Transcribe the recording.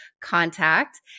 contact